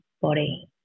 body